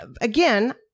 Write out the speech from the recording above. again